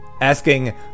asking